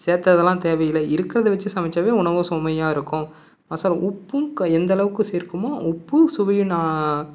சேர்த்ததெல்லாம் தேவையில்ல இருக்கிறத வைச்சி சமைச்சாலே உணவு சுவையா இருக்கும் மசாலா உப்பும் எந்த அளவுக்கு சேர்க்குமோ உப்பு சுவையின்